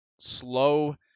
slow